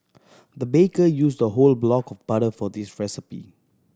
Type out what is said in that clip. the baker used a whole block of butter for this recipe